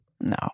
No